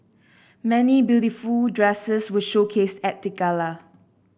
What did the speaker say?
many beautiful dresses were showcased at the gala